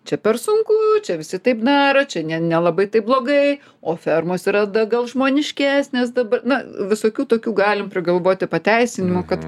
čia per sunku čia visi taip na ar čia ne nelabai taip blogai o fermos yra da gal žmoniškesnės dabar na visokių tokių galim prigalvoti pateisinimų kad